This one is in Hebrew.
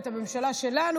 את הממשלה שלנו,